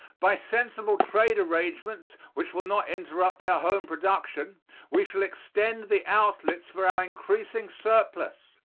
by sensible trade arrangements which will not interrupt our home production we shall extend the outlets for our increasing surplus.